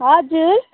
हजुर